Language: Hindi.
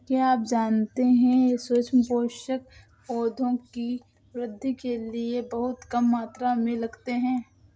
क्या आप जानते है सूक्ष्म पोषक, पौधों की वृद्धि के लिये बहुत कम मात्रा में लगते हैं?